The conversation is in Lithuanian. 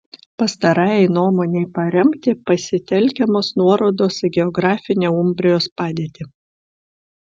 pastarajai nuomonei paremti pasitelkiamos nuorodos į geografinę umbrijos padėtį